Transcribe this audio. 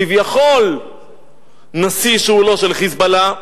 כביכול נשיא שהוא לא של "חיזבאללה",